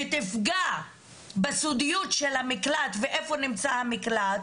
ותפגע בסודיות של המקלט ואיפה נמצא המקלט,